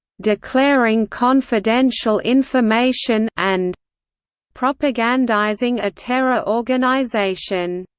declaring confidential information and propagandizing a terror organization.